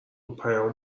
پیامو